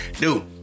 Dude